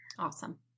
Awesome